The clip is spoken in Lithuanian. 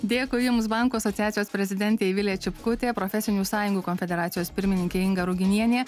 dėkui jums bankų asociacijos prezidentė eivilė čipkutė profesinių sąjungų konfederacijos pirmininkė inga ruginienė